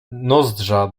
nozdrza